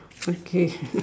okay